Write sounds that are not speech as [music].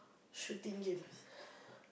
shooting games [breath]